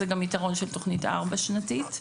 זה גם היתרון של תוכנית ארבע- שנתית.